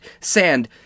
sand